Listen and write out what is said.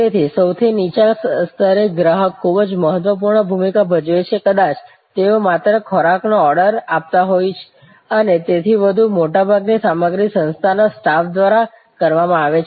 તેથી સૌથી નીચા સ્તરે ગ્રાહક ખૂબ જ મહત્વપૂર્ણ ભૂમિકા ભજવે છે કદાચ તેઓ માત્ર ખોરાકનો ઓર્ડર આપતા હોય અને તેથી વધુ મોટાભાગની સામગ્રી સંસ્થાના સ્ટાફ દ્વારા કરવામાં આવે છે